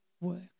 work